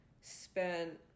spent